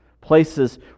Places